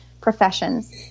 professions